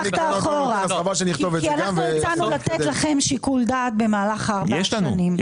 אנחנו הצענו לתת לכם שיקול דעת במהלך ארבע שנים.